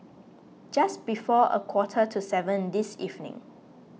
just before a quarter to seven this evening